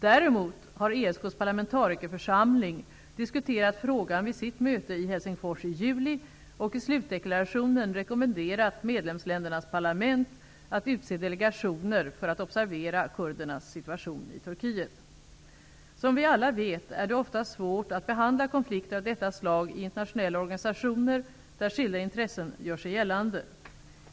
Däremot har ESK:s parlamentarikerförsamling diskuterat frågan vid sitt möte i Helsingfors i juli och i slutdeklarationen rekommenderat medlemsländernas parlament att utse delegationer för att observera kurdernas situation i Turkiet. Som vi alla vet är det ofta svårt att behandla konflikter av detta slag i internationella organisationer där skilda intressen gör sig gällande.